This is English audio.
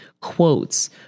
quotes